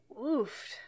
Oof